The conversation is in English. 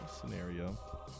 scenario